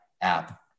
app